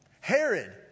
Herod